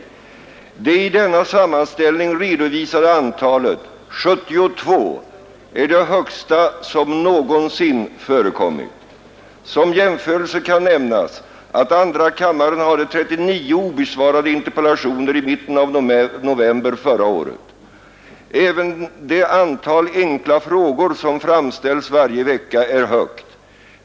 Det i denna sammanställning redovisade antalet — 72 — är det högsta som någonsin förekommit. Som jämförelse kan nämnas att andra kammaren hade 39 obesvarade interpellationer i mitten av november förra året. Även det antal enkla frågor som framställs varje vecka är högt.